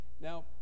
now